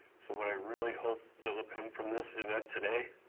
so what i really hope that will come from this event today